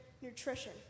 nutrition